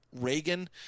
Reagan